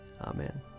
Amen